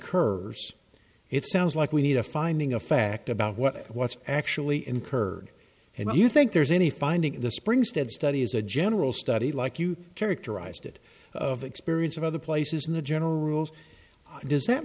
s it sounds like we need a finding of fact about what what's actually incurred and do you think there's any finding in the springs that study is a general study like you characterized it of experience of other places in the general rules does that